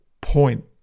point